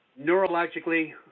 neurologically